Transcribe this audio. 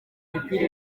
imipira